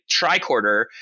tricorder